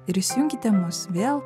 ir įsijunkite mus vėl